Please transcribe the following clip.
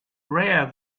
rare